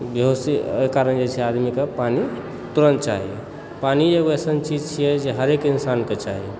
बेहोशीके कारण जे छै आदमीके पानि तुरत चाही पानि एगो एहन चीज छियै जे हरेक इंसानके चाही